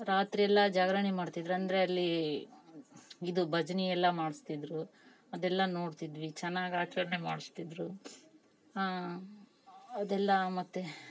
ರಾತ್ರೆಲ್ಲ ಜಾಗರಣಿ ಮಾಡ್ತಿದ್ರು ಅಂದರೆ ಅಲ್ಲಿ ಇದು ಭಜ್ನಿ ಎಲ್ಲ ಮಾಡಿಸ್ತಿದ್ರು ಅದೆಲ್ಲ ನೋಡ್ತಿದ್ವಿ ಚೆನ್ನಾಗ್ ಆಚರಣೆ ಮಾಡಿಸ್ತಿದ್ರು ಅದೆಲ್ಲ ಮತ್ತು